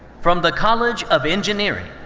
from the college of engineering,